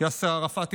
יאסר ערפאת,